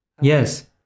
Yes